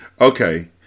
Okay